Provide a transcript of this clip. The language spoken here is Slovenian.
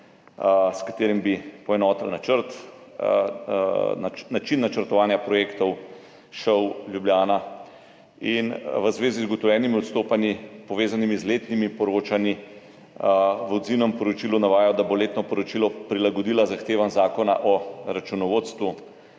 s katerim bi poenotili način načrtovanja projektov ŠOU Ljubljana. In v zvezi z ugotovljenimi odstopanji, povezanimi z letnimi poročanji, v odzivnem poročilu navajajo, da bodo letno poročilo prilagodili zahtevam Zakona o računovodstvu